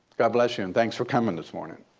god bless you, and thanks for coming this morning.